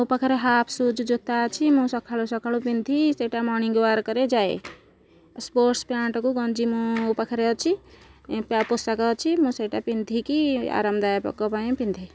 ମୋ ପାଖରେ half shoes ଜୋତା ଅଛି ମୁଁ ସକାଳୁ ସକାଳୁ ପିନ୍ଧି ସେଇଟା ମର୍ଣ୍ଣିଙ୍ଗ ୱାକ୍ରେ ଯାଏ ସ୍ପୋର୍ଟ୍ସ ପ୍ୟାଣ୍ଟ୍କୁ ଗଞ୍ଜି ମୋ ପାଖରେ ଅଛି ପୋଷାକ ଅଛି ମୁଁ ସେଇଟା ପିନ୍ଧିକି ଆରାମଦାୟକ ପାଇଁ ପିନ୍ଧେ